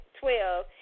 twelve